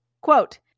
Quote